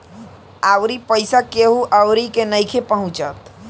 अउरी पईसा केहु अउरी के नइखे पहुचत